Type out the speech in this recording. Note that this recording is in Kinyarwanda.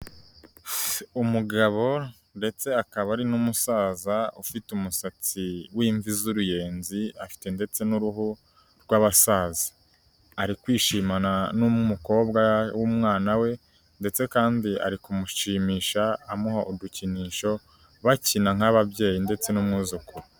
Umugabo ndetse akaba ari n'umusaza ufite umusatsi w'imvi z'uruyenzi, afite ndetse n'uruhu rw'abasaza. Ari kwishimana n'umukobwa w'umwana we ndetse kandi ari kumushimisha amuha udukinisho, bakina nk'ababyeyi ndetse n'umwuzukuru.